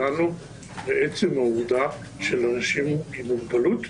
זה ההתייחסות החברתית שלנו לעצם העובדה של אנשים עם מוגבלות,